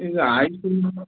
ಈಗ